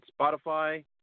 Spotify